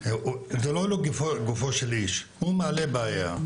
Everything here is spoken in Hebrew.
לא לגופו של איש, הוא מעלה בעיה,